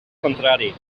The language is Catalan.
contrari